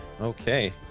okay